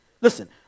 listen